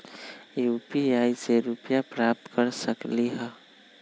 UPI से रुपए प्राप्त कर सकलीहल?